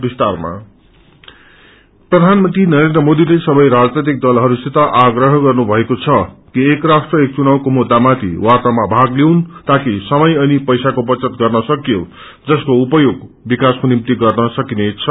PM प्रधानमंत्री नरेन्द्र मोदीले सबै राजनैतिक दलहरूसित आवहान गन्नुभकऐ छ कि एक राष्ट्र एक चुनावको मुद्दामाथि वार्तामा भाग लिउन् ताकि समय अनि पैसाको वचत गर्न सकियोस जसको उपयोग विकासको निम्ति गर्न सकिनेछ